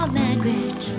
language